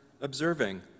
observing